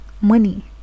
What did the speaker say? money